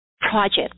project